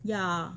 yeah